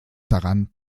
daran